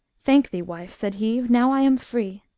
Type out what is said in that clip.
thank thee, wife, said he, now i am free.